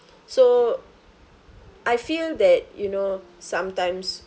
so I feel that you know sometimes